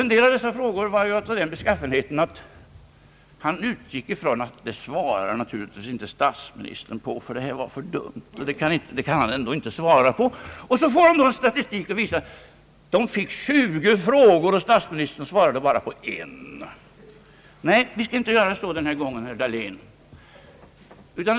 En del av dessa frågor var av den beskaffenheten, att han utgick ifrån att det här skulle naturligtvis inte statsministern svara på, ty det var för dumt. På det sättet får han en statistik som säger att regeringen fick tjugo frågor av oss, men statsministern svarade bara på en. Nej, det går inte att göra så den här gången, herr Dahlén.